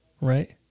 right